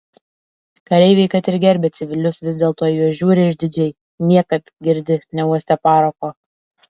kareiviai kad ir gerbia civilius vis dėlto į juos žiūri išdidžiai niekad girdi neuostę parako